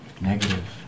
negative